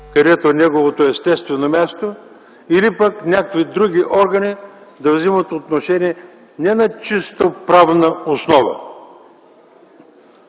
където е неговото естествено място, или пък други органи да вземат отношение не на чисто правна основа.